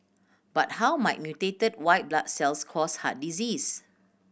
but how might mutated white blood cells cause heart disease